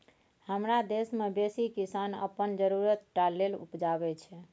हमरा देश मे बेसी किसान अपन जरुरत टा लेल उपजाबै छै